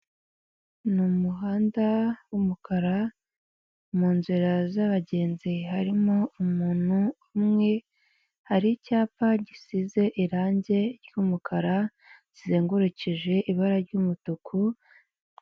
Ni umuhanda w’umukara munzira zabagenzi harimo umuntu umwe, hari icyapa gisize irangi ry’umukara rizengurukije ibara ry'umutuku.